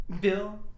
Bill